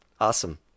Awesome